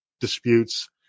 disputes